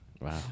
Wow